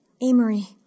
Amory